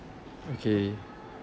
okay